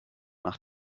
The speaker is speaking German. nach